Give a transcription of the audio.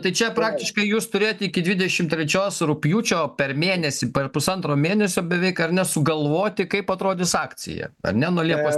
tai čia praktiškai jūs turėjot iki dvidešimt trečios rugpjūčio per mėnesį per pusantro mėnesio beveik ar ne sugalvoti kaip atrodys akcija ar ne nuo liepos